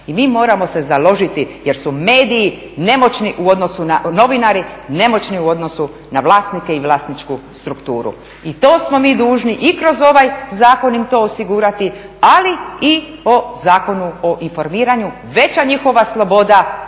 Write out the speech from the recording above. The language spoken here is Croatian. i mi moramo se založiti jer su novinari nemoćni u odnosu na vlasnike i vlasničku strukturu. I to smo mi dužni i kroz ovaj zakon im to osigurati, ali i o Zakonu o informiranju, veća njihova sloboda